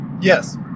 Yes